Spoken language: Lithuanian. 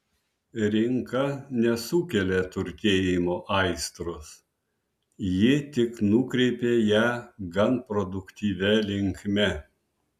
rinka nesukelia turtėjimo aistros ji tik nukreipia ją gan produktyvia linkme